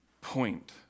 point